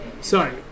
Sorry